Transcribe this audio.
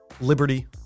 liberty